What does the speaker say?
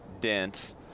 dense